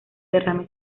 derrame